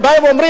שבאים ואומרים,